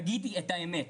תגידי את האמת,